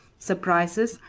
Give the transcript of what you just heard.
surprises,